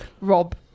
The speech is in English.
Rob